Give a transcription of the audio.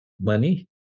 money